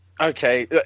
Okay